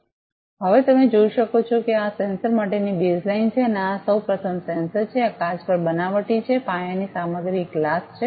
તેથી હવે તમે જોઈ શકો છો કે આ સેન્સર માટેની આ બેઝ લાઇન છે આ સૌ પ્રથમ સેન્સર છે આ કાચ પર બનાવટી છે પાયાની સામગ્રી એક ગ્લાસ છે